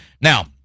now